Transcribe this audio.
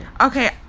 Okay